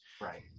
right